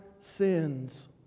sins